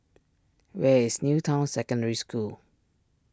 where is New Town Secondary School